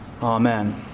Amen